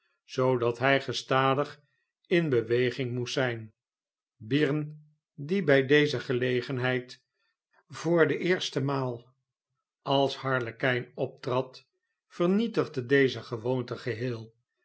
zoodat hi gestadig in beweging moest zijn byrne die bij deze gelegenheid voor de eerste maal als harlekijn optrad vemietigde deze gewoonte geheel